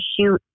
shoot